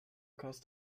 cause